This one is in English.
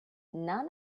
none